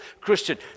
Christian